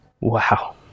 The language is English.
wow